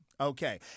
Okay